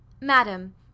Madam